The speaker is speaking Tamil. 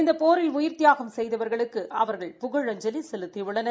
இந்த போரில் உயிர்த்தியாகம் செய்தவர்களுக்கு அவர்கள் புகழஞ்சலி செலுத்தியுள்ளனர்